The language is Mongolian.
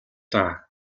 даа